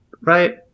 right